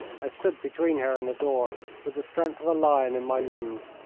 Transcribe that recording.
i stood between her and the door, with the strength of a lion in my limbs.